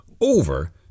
over